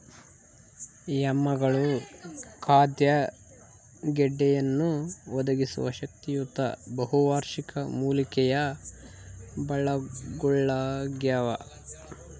ಯಾಮ್ಗಳು ಖಾದ್ಯ ಗೆಡ್ಡೆಯನ್ನು ಒದಗಿಸುವ ಶಕ್ತಿಯುತ ಬಹುವಾರ್ಷಿಕ ಮೂಲಿಕೆಯ ಬಳ್ಳಗುಳಾಗ್ಯವ